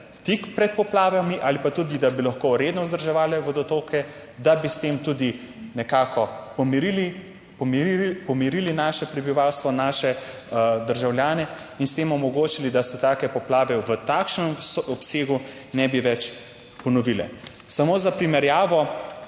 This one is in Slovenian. tik pred poplavami ali pa tudi, da bi lahko redno vzdrževale vodotoke, da bi s tem tudi nekako pomirili naše prebivalstvo, naše državljane in s tem omogočili, da se take poplave v takšnem obsegu ne bi več ponovile. Samo za primerjavo,